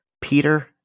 Peter